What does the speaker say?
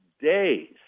days